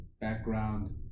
background